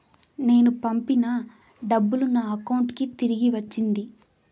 నేను పంపిన డబ్బులు నా అకౌంటు కి తిరిగి వచ్చింది